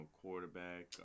quarterback